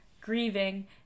grieving